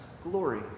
glory